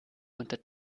unter